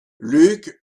luc